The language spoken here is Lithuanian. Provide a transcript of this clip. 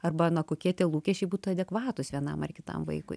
arba na kokie tie lūkesčiai būtų adekvatūs vienam ar kitam vaikui